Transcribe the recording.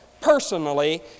personally